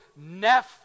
Neph